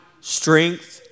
strength